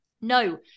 no